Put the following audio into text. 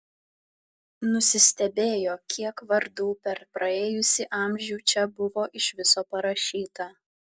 nusistebėjo kiek vardų per praėjusį amžių čia buvo iš viso parašyta